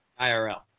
IRL